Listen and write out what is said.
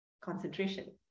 concentration